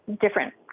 different